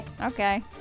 Okay